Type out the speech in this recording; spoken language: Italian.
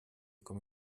come